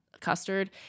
custard